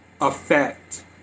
affect